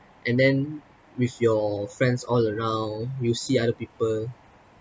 and then with your friends all around you see other people